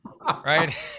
right